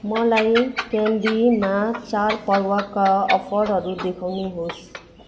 मलाई क्यान्डीमा चाडपर्वका अफरहरू देखाउनुहोस्